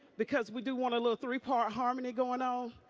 because we do want a little three-part harmony going on.